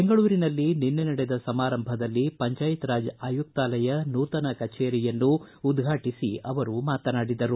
ಬೆಂಗಳೂರಿನಲ್ಲಿ ನಿನ್ನೆ ನಡೆದ ಸಮಾರಂಭದಲ್ಲಿ ಪಂಚಾಯತ್ ರಾಜ್ ಆಯುಕ್ತಾಲಯ ನೂತನ ಕಜೇರಿಯನ್ನು ಉದ್ಘಾಟಿಸಿ ಅವರು ಮಾತನಾಡಿದರು